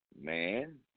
man